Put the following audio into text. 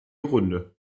runde